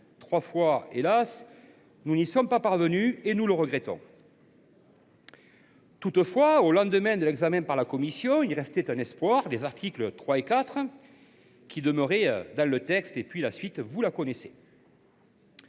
trois fois hélas ! nous n’y sommes pas parvenus et nous le regrettons. Toutefois, au lendemain de l’examen par la commission, il restait un espoir : les articles 3 et 4 demeuraient dans le texte. Mais vous connaissez